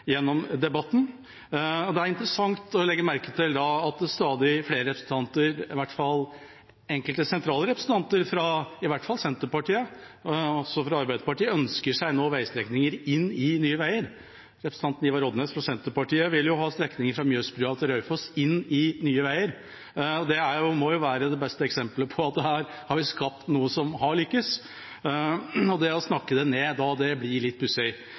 gjennom debatten. Det er interessant å legge merke til at stadig flere representanter – enkelte sentrale representanter, i hvert fall fra Senterpartiet og også Arbeiderpartiet – nå ønsker seg veistrekninger inn i Nye Veier. Representanten Ivar Odnes fra Senterpartiet vil ha strekningen fra Mjøsbrua til Raufoss inn i Nye Veier, og det må jo være det beste eksemplet på at vi her har skapt noe som har lykkes. Å snakke det ned da, blir litt pussig.